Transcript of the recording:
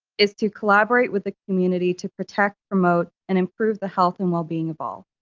is to collaborate with the community to protect, promote, and improve the health and well being of all.